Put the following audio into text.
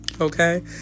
Okay